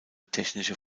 technische